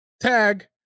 tag